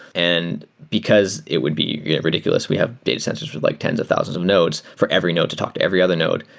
and because it would be rid iculous. we have data centers with like tens of thousands of nodes. for every node to talk to every other node,